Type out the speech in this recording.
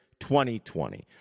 2020